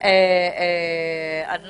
- או